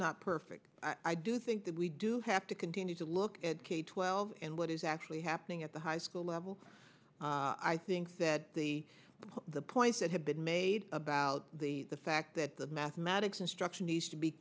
not perfect i do think that we do have to continue to look at k twelve and what is actually happening at the high school level i think that the the points that have been made about the fact that the mathematics instruction needs to be